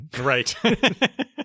Right